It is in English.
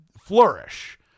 flourish